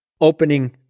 opening